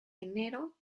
enero